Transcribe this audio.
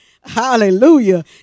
Hallelujah